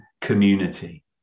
community